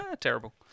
terrible